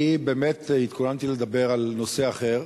אני באמת התכוננתי לדבר על נושא אחר,